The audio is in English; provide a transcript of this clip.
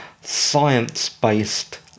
science-based